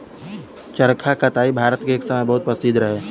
चरखा कताई भारत मे एक समय बहुत प्रसिद्ध रहे